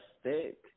stick